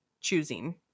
choosing